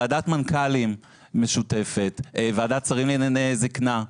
ועדת מנכ״לים משותפת או ועדת שרים לענייני זקנה,